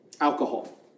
Alcohol